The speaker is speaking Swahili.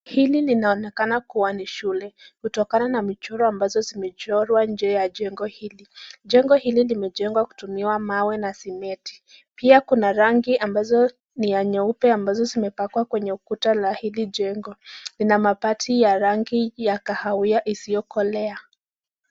Hili linaonekana kuwa ni shule kutokana na michoro ambazo zimechorwa nje ya jengo hili. Jengo hili limejengwa kutumia mawe na simiti. Pia kuna rangi ambazo ni ya nyeupe ambazo zimepakwa kwenye ukuta la hili jengo. Ina mabati ya rangi ya kahawia isiokolea.